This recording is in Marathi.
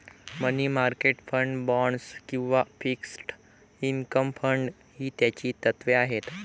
मनी मार्केट फंड, बाँड्स किंवा फिक्स्ड इन्कम फंड ही त्याची तत्त्वे आहेत